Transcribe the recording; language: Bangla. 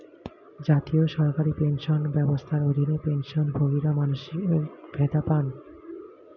জাতীয় সরকারি পেনশন ব্যবস্থার অধীনে, পেনশনভোগীরা মাসিক ভাতা পান